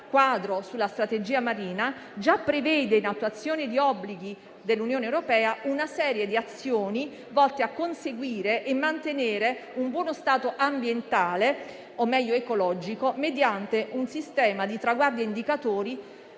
quadro sulla strategia marina già prevede, in attuazione di obblighi dell'Unione europea, una serie di azioni volte a conseguire e mantenere un buono stato ambientale o meglio ecologico mediante un sistema di traguardi e indicatori